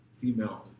female